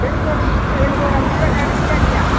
எனக்கு ஒரு எனக்கு ஒரு அஞ்சு ரூபா கெடைக்குத்தா இல்லையா